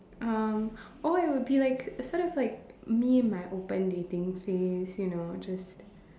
um or it would be like sort of like me in my open dating phase you know just